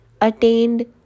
attained